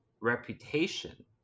reputation